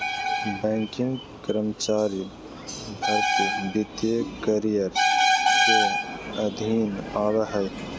banking कर्मचारी भर्ती वित्तीय करियर के अधीन आबो हय